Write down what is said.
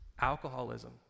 alcoholism